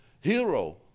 hero